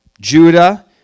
Judah